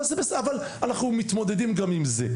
אבל זה בסדר אבל אנחנו מתמודדים גם עם זה,